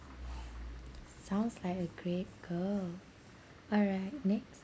sounds like a great girl all right next